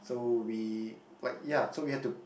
so we like ya so we had to